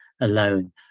alone